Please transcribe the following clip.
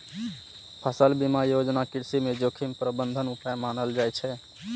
फसल बीमा योजना कृषि मे जोखिम प्रबंधन उपाय मानल जाइ छै